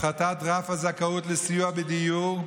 הפחתת רף הזכאות לסיוע בדיור,